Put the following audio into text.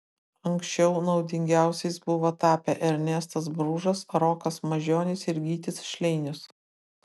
anksčiau naudingiausiais buvo tapę ernestas bružas rokas mažionis ir gytis šleinius